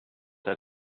had